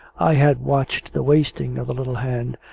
i had watched the wasting of the little hand,